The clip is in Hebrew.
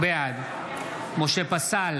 בעד משה פסל,